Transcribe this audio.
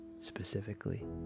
specifically